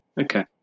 Okay